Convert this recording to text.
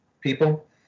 people